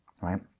right